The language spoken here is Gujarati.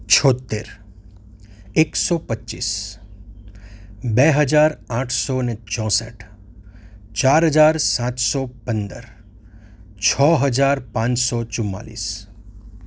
છોંતેર એકસો પચીસ બે હજાર આઠસો ને ચોંસઠ ચાર હજાર સાતસો પંદર છ હજાર પાંચસો ચુમ્માલીસ